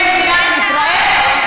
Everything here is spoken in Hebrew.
של אזרחי מדינת ישראל,